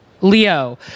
Leo